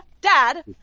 Dad